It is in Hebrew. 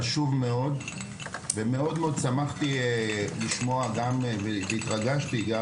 חשוב מאוד ואני מאוד שמחתי לשמוע והתרגשתי גם